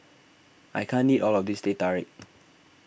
I can't eat all of this Teh Tarik